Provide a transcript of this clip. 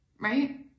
Right